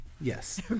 yes